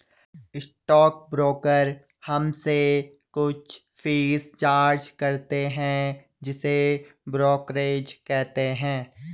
stock broker हमसे कुछ fees charge करते हैं जिसे ब्रोकरेज कहते हैं